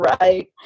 right